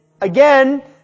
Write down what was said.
again